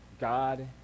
God